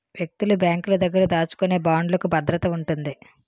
వ్యక్తులు బ్యాంకుల దగ్గర దాచుకునే బాండ్లుకు భద్రత ఉంటుంది